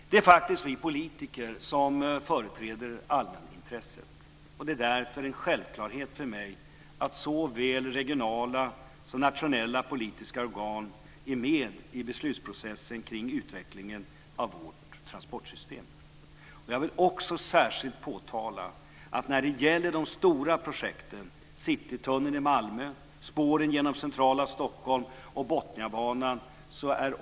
Det är faktiskt vi politiker som företräder allmänintresset. Det är därför en självklarhet för mig att såväl regionala som nationella politiska organ är med i beslutsprocessen kring utvecklingen av vårt transportsystem. Jag vill särskilt påtala att regionerna är med och bär sin andel av kostnaderna när det gäller de stora projekten Citytunneln i Malmö, spåren genom centrala Stockholm och Botniabanan.